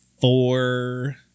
four